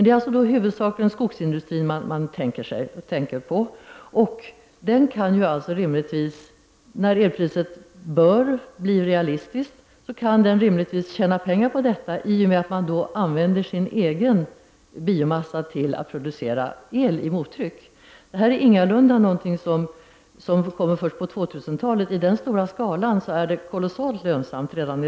Det är då huvudsakligen skogsindustrin man tänker på. När elpriset blir realistiskt kan man inom skogsindustrin rimligtvis tjäna pengar på att använda sin egen biomassa till att producera el i mottrycksaggregat. Detta är ingalunda någonting som kan komma först på 2000-talet.